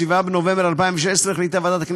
7 בנובמבר 2016,